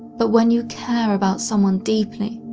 but when you care about someone deeply,